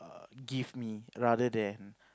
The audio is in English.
give me rather than